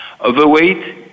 Overweight